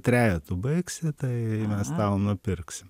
trejetų baigsi tai mes tau nupirksim